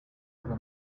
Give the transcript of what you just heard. rwa